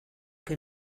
que